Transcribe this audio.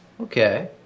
Okay